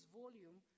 volume